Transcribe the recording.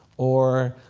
or,